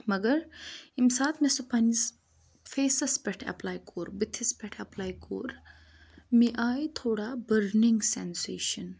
مگر ییٚمہِ ساتہٕ مےٚ سُہ پَنٛنِس فیسَس پٮ۪ٹھ اٮ۪پلاے کوٚر بٕتھِس پٮ۪ٹھ اٮ۪پلاے کوٚر مےٚ آیہِ تھوڑا بٔرنِنٛگ سٮ۪نسیشَن